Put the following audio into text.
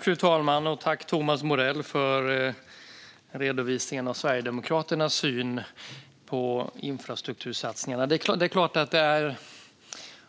Fru talman! Jag tackar Thomas Morell för redovisningen av Sverigedemokraternas syn på infrastruktursatsningarna.